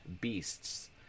beasts